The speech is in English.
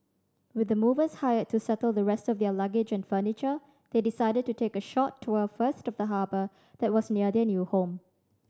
with the movers hired to settle the rest of their luggage and furniture they decided to take a short tour first of the harbour that was near their new home